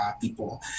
people